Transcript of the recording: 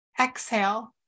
exhale